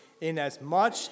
inasmuch